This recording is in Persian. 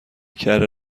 کره